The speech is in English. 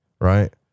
right